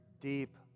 deep